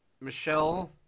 Michelle